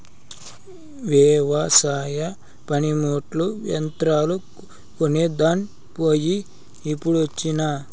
వెవసాయ పనిముట్లు, యంత్రాలు కొనేదాన్ పోయి ఇప్పుడొచ్చినా